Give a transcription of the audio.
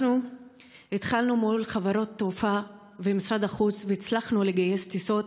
אנחנו התחלנו לפעול מול חברות תעופה ומשרד החוץ והצלחנו לגייס טיסות,